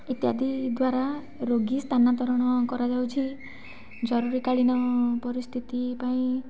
ଇତ୍ୟାଦି ଦ୍ୱାରା ରୋଗୀ ସ୍ଥାନାନ୍ତରଣ କରାଯାଉଛି ଜରୁରୀ କାଳୀନ ପରିସ୍ତିତି ପାଇଁ